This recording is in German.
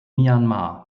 myanmar